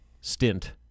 stint